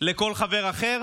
לכל חבר אחר,